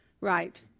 Right